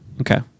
Okay